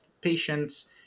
patients